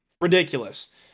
ridiculous